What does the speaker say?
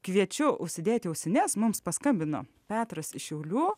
kviečiu užsidėti ausines mums paskambino petras šiaulių